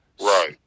Right